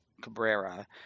Cabrera